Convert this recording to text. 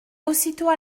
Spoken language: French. aussitôt